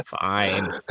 Fine